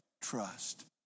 trust